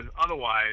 otherwise